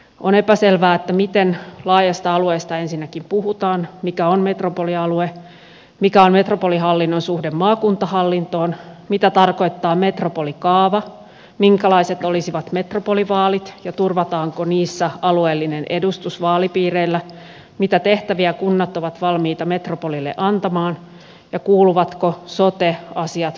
on epäselvää miten laajasta alueesta ensinnäkin puhutaan mikä on metropolialue mikä on metropolihallinnon suhde maakuntahallintoon mitä tarkoittaa metropolikaava minkälaiset olisivat metropolivaalit ja turvataanko niissä alueellinen edustus vaalipiireillä mitä tehtäviä kunnat ovat valmiita metropolille antamaan ja kuuluvatko sote asiat metropolihallinnon alle